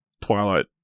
Twilight